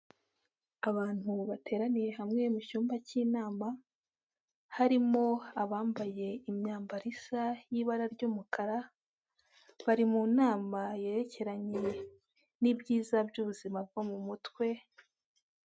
Abantu bateraniye hamwe mu cyumba cy'inama, harimo abambaye imyambaro isa y'ibara ry'umukara, bari mu nama yerekeranye n'ibyiza by'ubuzima bwo mu mutwe.